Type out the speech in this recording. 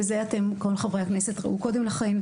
ואת זה כל חברי הכנסת ראו קודם לכן,